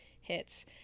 hits